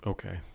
Okay